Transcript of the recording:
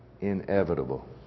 inevitable